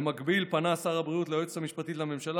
במקביל פנה שר הבריאות ליועצת המשפטית לממשלה